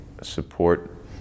support